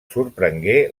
sorprengué